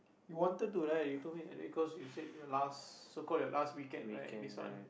you wanted to right you told me that day cause you said your last so called your last weekend right this one